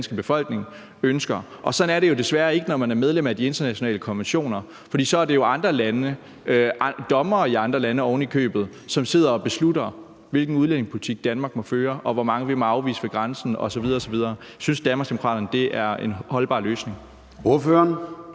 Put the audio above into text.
i den danske befolkning ønsker. Sådan er det desværre ikke, når man er medlem af de internationale konventioner, for så er det andre lande, ovenikøbet dommere i andre lande, som sidder og beslutter, hvilken udlændingepolitik Danmark må føre, og hvor mange vi må afvise ved grænsen osv. osv. Synes Danmarksdemokraterne, at det er en holdbar løsning?